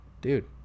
dude